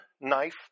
knife